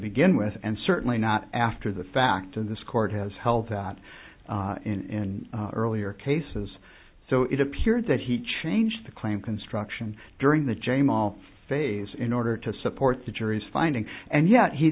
begin with and certainly not after the fact in this court has held that in earlier cases so it appeared that he changed the claim construction during the jame all phase in order to support the jury's finding and yet he